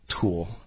tool